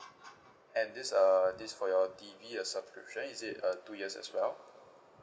and this uh this for your T_V your subscription is it uh two years as well